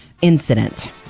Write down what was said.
incident